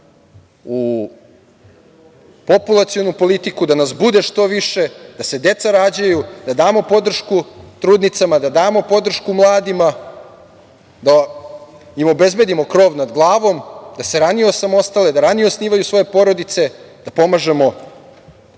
u populacionu politiku, da nas bude što više, da se deca rađaju, da damo podršku trudnicama, da damo podršku mladima, da im obezbedimo krov nad glavom, da se ranije osamostale, da ranije osnivaju svoje porodice, da pomažemo